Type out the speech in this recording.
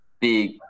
big